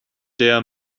der